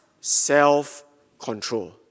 self-control